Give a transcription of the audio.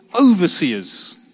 overseers